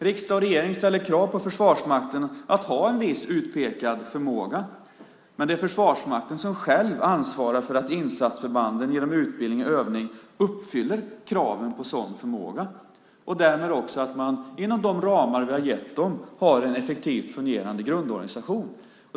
Riksdag och regering ställer krav på Försvarsmakten att ha en viss utpekad förmåga. Men Försvarsmakten själv ansvarar för att insatsförbanden genom utbildning och övning uppfyller kraven på sådan förmåga och därmed också på att de inom de ramar vi har gett dem har en effektivt fungerande grundorganisation.